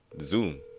Zoom